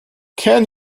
can